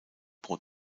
pro